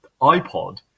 ipod